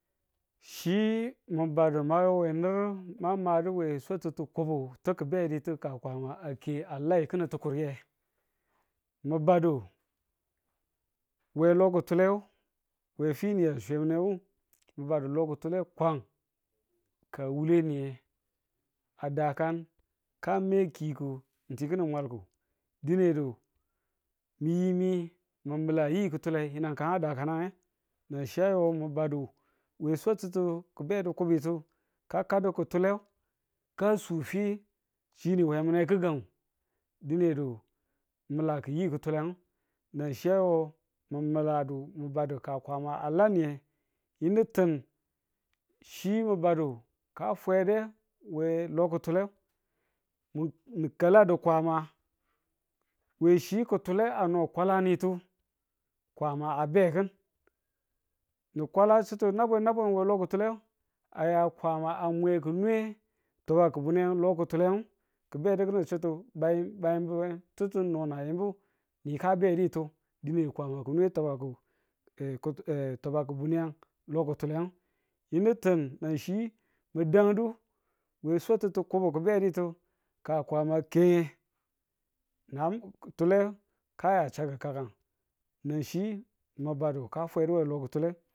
chi mi badu ma yu we nur ma maduwe swatuttu kobu ti̱ ki̱bedituwe ka kwama a ke a lai ki̱nin tukuriye, mi badu we lo kutuleyu we fi niya sweminewo nibadu we lo kutule kwan ka wule niye a dakan kama kiku ti ki̱nin mwalku dinedo miyimi mi mila yi kutule yi̱nang kan a dakanang nachi a yo mi badu we shattuttu ki̱bedu kobitu kakadu kutule ka su fi chi nin we mine gi̱gangu dinedu milaku yi kutulenu nan chi a yo mi miladu mi badu ka kwama a lan niye yinu tin chi mi madu ka fwede we lo kutule, n- n- ni kala a di Kwama we chi kutule ano a kwalamintu, Kwama a be kin. ni kwala chitu nabwen nabwen we lo kutulenu, a ya Kwama a mwe ki̱ne tabaku buniyang kutulenu ki̱bedu ki̱ni chitu bayim bayim we ti̱ttu no na yimbu ni ka dweditu dine Kwama ki̱nwe twabaku twabaku buniyang lo kutule yinu tin na chi mi dantu we suttutu kobu ki̱beditu, ka Kwama a keye, nan kutule ka ya chakku kakang na chi mi badu ka fwedi we lo kutulenu.